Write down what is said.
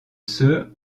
ceux